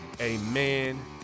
amen